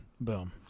boom